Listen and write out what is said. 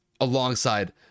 Alongside